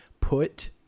put